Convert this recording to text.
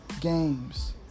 games